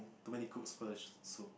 too many cooks for this soup